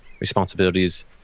responsibilities